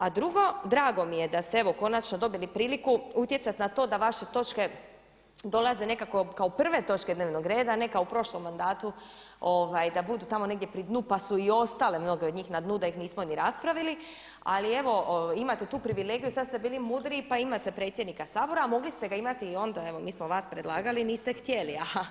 A drugo, drago mi je da ste evo konačno dobili priliku utjecati na to da vaše točke dolaze nekako kao prvi točke dnevnog reda a ne kao u prošlom mandatu da budu tamo negdje pri dnu, pa su i ostale mnoge od njih na dnu da ih nismo ni raspravili ali evo imate tu privilegiju, sada ste bili mudriji pa imate predsjednika Sabora a mogli ste ga imati i onda, evo mi smo vas predlagali, niste htjeli